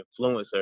influencer